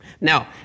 Now